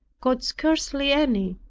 got scarcely any.